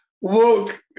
walk